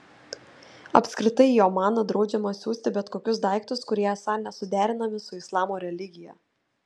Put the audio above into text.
apskritai į omaną draudžiama siųsti bet kokius daiktus kurie esą nesuderinami su islamo religija